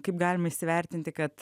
kaip galima įsivertinti kad